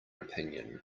opinion